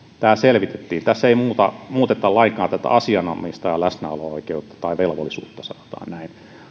tämä selvitettiin tässä ei muuteta lainkaan asianomistajan läsnäolo oikeutta tai velvollisuutta sanotaan näin